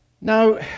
Now